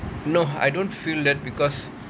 no I don't feel that because